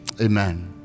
Amen